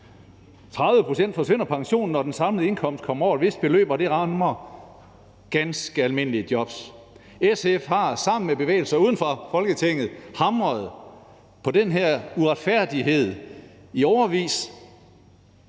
pensionen forsvinder, når den samlede indkomst kommer over et vist beløb, og det rammer ganske almindelige jobs. SF har sammen med bevægelser uden for Folketinget hamret på den her uretfærdighed i årevis,